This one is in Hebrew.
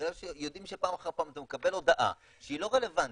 בגלל שיודעים שפעם אחר פעם אתה מקבל הודעה שהיא לא רלוונטית,